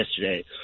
yesterday